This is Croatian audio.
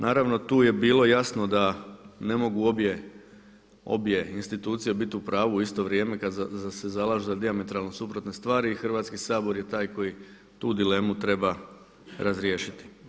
Naravno tu je bilo jasno da ne mogu obje institucije biti u pravu u isto vrijeme kada se zalažu za dijametralno suprotne stvari i Hrvatski sabor je taj koji tu dilemu treba razriješiti.